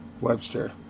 Webster